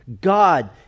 God